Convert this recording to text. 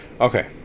okay